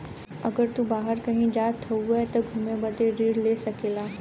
अगर तू बाहर कही जात हउआ त घुमे बदे ऋण ले सकेला